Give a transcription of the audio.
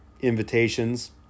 invitations